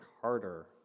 harder